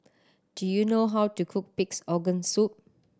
do you know how to cook Pig's Organ Soup